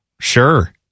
sure